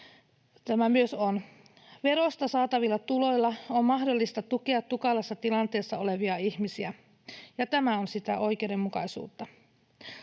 Verosta saatavilla tuloilla on mahdollista tukea tukalassa tilanteessa olevia ihmisiä, ja tämä on sitä oikeudenmukaisuutta.